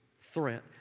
threat